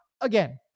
again